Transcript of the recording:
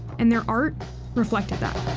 and their art reflected that.